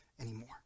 anymore